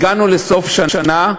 הגענו לסוף שנה,